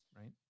Right